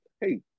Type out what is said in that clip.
hey